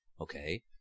Okay